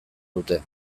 dute